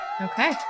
Okay